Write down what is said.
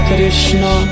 Krishna